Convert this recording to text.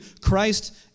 Christ